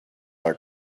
are